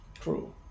true